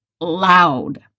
loud